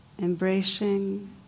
embracing